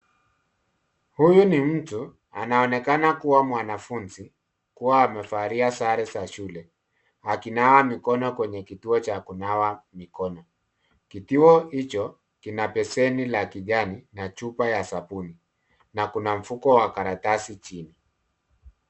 Huyu ni mtu anaonekana kuwa mwanafunzi kuwa amevalia sare za shule, akinawa mikono kwenye kituo cha kunawa mikono. Kituo hicho kina beseni la kijani na chupa ya sabuni na kuna mfuko wa karatasi chini.